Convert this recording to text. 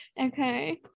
Okay